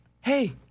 hey